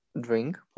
drink